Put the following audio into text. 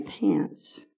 pants